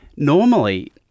Normally